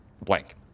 blank